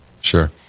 sure